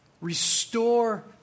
restore